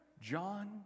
John